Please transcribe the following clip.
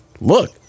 look